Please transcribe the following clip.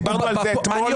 דיברנו על זה אתמול.